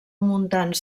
montans